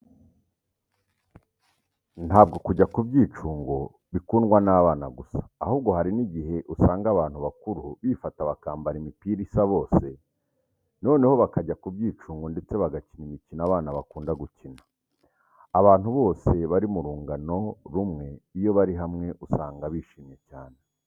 Ntabwo kujya ku byicungo bikundwa n'abana gusa ahubwo hari n'igihe usanga abantu bakuru bifata bakambara imipira isa bose, noneho bakajya ku byicungo ndetse bagakina imikino abana bakunda gukina. Abantu bose bari mu rungano rumwe iyo bari hamwe usanga bishimye cyane.